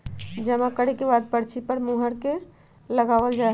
जमा करे के बाद पर्ची पर बैंक के मुहर लगावल जा हई